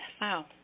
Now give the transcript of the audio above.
wow